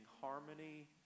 harmony